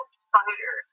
spider